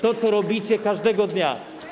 To, co robicie każdego dnia.